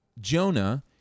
Jonah